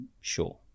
sure